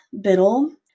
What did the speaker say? Biddle